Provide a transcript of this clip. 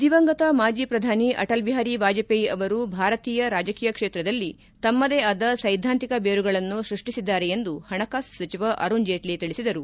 ದಿವಂಗತ ಮಾಜಿ ಪ್ರಧಾನಿ ಅಟಲ್ ಬಿಹಾರಿ ವಾಜಪೇಯಿ ಅವರು ಭಾರತೀಯ ರಾಜಕೀಯ ಕ್ಷೇತ್ರದಲ್ಲಿ ತಮ್ದದೇ ಆದ ಸೈದ್ಧಾಂತಿಕ ಬೇರುಗಳನ್ನು ಸೃಷ್ಟಿಸಿದ್ದಾರೆ ಎಂದು ಹಣಕಾಸು ಸಚಿವ ಅರುಣ್ ಜೇಟ್ಲ ತಿಳಿಸಿದರು